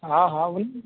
हाँ हाँ वही